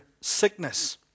sickness